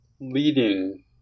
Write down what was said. leading